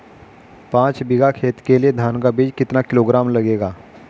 पाँच बीघा खेत के लिये धान का बीज कितना किलोग्राम लगेगा?